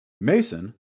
Mason